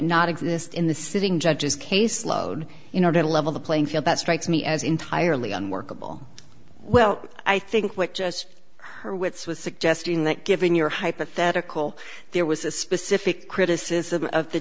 not exist in the sitting judges case load in order to level the playing field that strikes me as entirely unworkable well i think what just hurwitz was suggesting that given your hypothetical there was a specific criticism of the